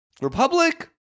Republic